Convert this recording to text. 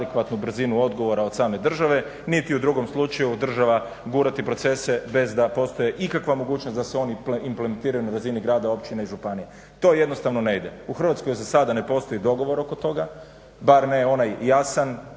brzinu odgovora od same države, niti u drugom slučaju država gurati procese bez da postoji ikakva mogućnost da se oni implementiraju na razini grada, općine i županije. To jednostavno ne ide. U Hrvatskoj za sada ne postoji dogovor oko toga, bar ne onaj jasan,